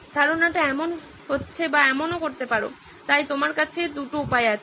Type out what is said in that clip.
ধারণাটা এমন মনে হচ্ছে বা এমনও করতে পারো তাই তোমার কাছে দুটো উপায় আছে